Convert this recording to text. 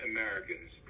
Americans